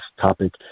topic